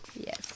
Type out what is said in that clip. Yes